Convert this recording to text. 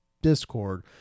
discord